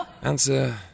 Answer